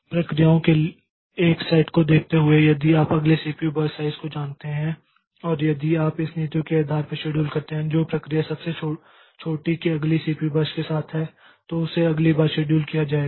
प्रक्रियाओं के एक सेट को देखते हुए और यदि आप अगले CPU बर्स्ट साइज़ को जानते हैं और यदि आप इस नीति के आधार पर शेड्यूल करते हैं जो प्रक्रिया सबसे छोटी की अगली CPU बर्स्ट के साथ है तो उसे अगली बार शेड्यूल किया जाएगा